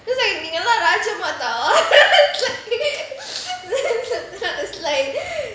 because like நீங்கலாம் ராஜ மாதா:neengalaam raja maadha is like is like